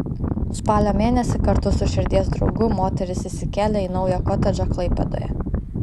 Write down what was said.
spalio mėnesį kartu su širdies draugu moteris įsikėlė į naują kotedžą klaipėdoje